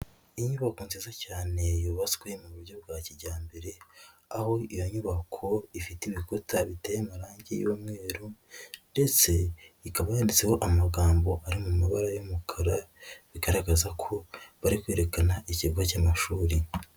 Inyubako nziza cyane, yubatswe mu buryo bwa kijyambere, aho iyo nyubako ifite ibikuta biteye amarangi y'umweru, ndetse ikaba yanditseho amagambo ari mu mabara y'umukara, bigaragaza ko bari kwerekana ikigo cy'amashuri.